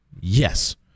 yes